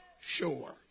sure